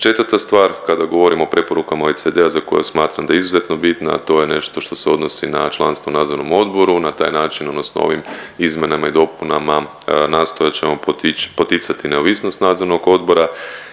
Četvrta stvar kada govorimo o preporukama OECD-a za koju smatram da je izuzetno bitna, a to je nešto što se odnosi na članstvo u nadzornom odboru na taj način odnosno ovim izmjenama i dopunama nastojat ćemo poticati neovisnost nadzornog odbora